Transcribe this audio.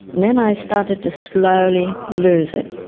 then i started to slowly lose it.